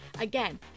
Again